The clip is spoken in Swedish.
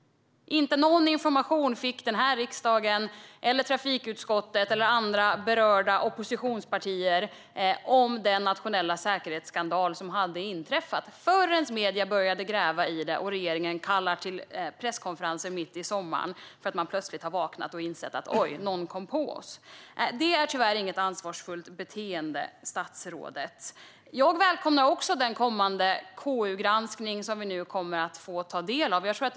Inte någon information fick riksdagen, trafikutskottet eller andra berörda oppositionspartier om den nationella säkerhetsskandal som hade inträffat förrän medierna börjar gräva och regeringen kallar till presskonferens mitt i sommaren. Då har man plötsligt vaknat och insett att någon har kommit på oss. Det är tyvärr inget ansvarsfullt beteende, statsrådet. Jag välkomnar också den kommande KU-granskning som vi kommer att få ta del av.